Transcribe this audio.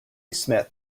smith